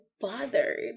bothered